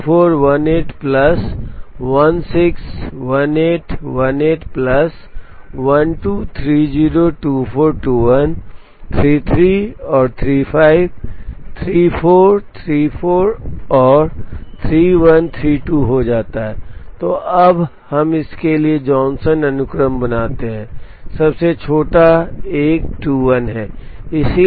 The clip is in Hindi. तो यह 34 18 प्लस 16 18 18 प्लस 12 30 24 21 33 और 35 34 34 और 3132 हो जाता है तो अब हम इसके लिए जॉनसन अनुक्रम बनाते हैं सबसे छोटा एक 21 है